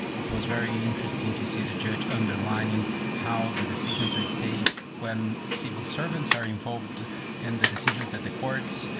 it was very interesting to see the judge under lining how the decisions are take when civil servants are involved and the decisions that the courts,